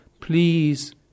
Please